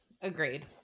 agreed